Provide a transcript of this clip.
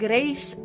Grace